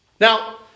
Now